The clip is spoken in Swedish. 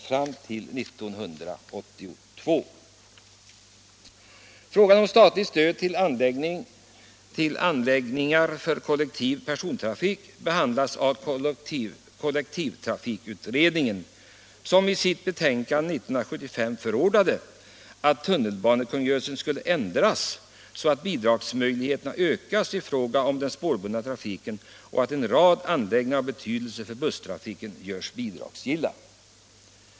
Frågan om statligt stöd till anläggningar för kollektiv persontrafik behandlades av kollektivtrafikutredningen, som i sitt betänkande 1975 förordade att tunnelbanekungörelsen skulle ändras så att bidragsmöjligheterna ökas i fråga om den spårbundna trafiken och att en rad anläggningar av betydelse för busstrafiken görs bidragsgilla.